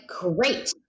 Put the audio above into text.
Great